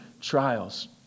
trials